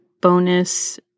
bonus